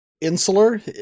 insular